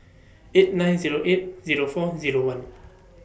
eight nine Zero eight Zero four Zero one